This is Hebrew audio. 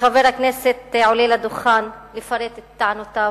שחבר הכנסת עולה לדוכן לפרט את טענותיו,